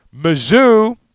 Mizzou